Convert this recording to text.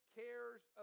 cares